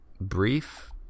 Brief